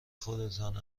خودتان